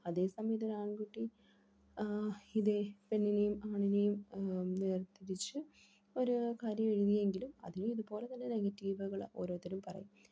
അതേ സമയത്ത് ഒരു ആൺകുട്ടി ഇതേ പെണ്ണിനെയും ആണിനെയും നിർത്തിത്തിരിച്ച് ഒരു കാര്യം എഴുതിയെങ്കിലും അതിനും ഇതുപോലെതന്നെ നെഗറ്റീവുകൾ ഓരോരുത്തരും പറയും